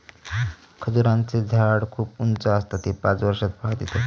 खजूराचें झाड खूप उंच आसता ते पांच वर्षात फळां देतत